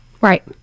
Right